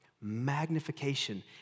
Magnification